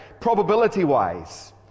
probability-wise